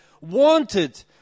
wanted